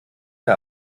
der